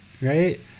right